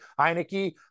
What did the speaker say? Heineken